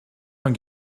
man